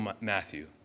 Matthew